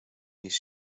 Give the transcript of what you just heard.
his